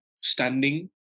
standing